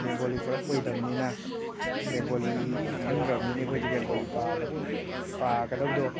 ꯕꯦꯡꯒꯣꯂꯤ ꯄꯨꯂꯞ ꯑꯣꯏꯗꯝꯅꯤꯅ ꯕꯦꯡꯒꯣꯂꯤ ꯈꯪꯗ꯭ꯔꯕꯅꯤꯅ ꯑꯩꯈꯣꯏꯗꯤ ꯕꯦꯡꯒꯣꯂꯤ ꯄꯥꯕ ꯄꯥꯒꯗꯧꯕꯗꯣ